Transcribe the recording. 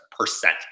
percent